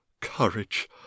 courage